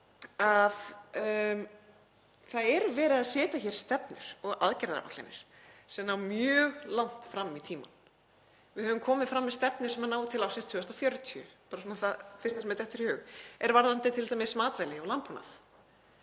það er verið að setja stefnur og aðgerðaáætlanir sem ná mjög langt fram í tímann. Við höfum komið fram með stefnur sem ná til ársins 2040 — bara það fyrsta sem mér dettur í hug er varðandi t.d. matvæli og landbúnað.